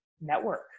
network